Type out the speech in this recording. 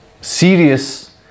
serious